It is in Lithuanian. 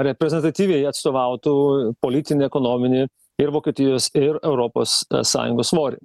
reprezentatyviai atstovautų politinį ekonominį ir vokietijos ir europos sąjungos svorį